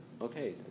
okay